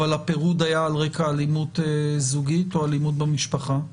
אבל הפירוד היה על רקע אלימות זוגית או אלימות במשפחה?